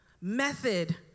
method